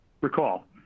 Recall